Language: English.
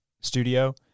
studio